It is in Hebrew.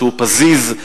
שהוא פזיז,